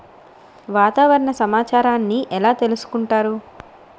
వాతావరణ సమాచారాన్ని ఎలా తెలుసుకుంటారు?